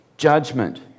judgment